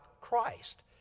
Christ